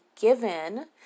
given